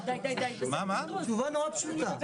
התשובה מאוד פשוטה,